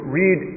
read